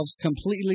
completely